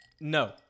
No